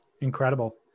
incredible